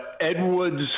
Edward's